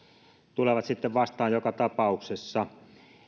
tulevat sitten vastaan joka tapauksessa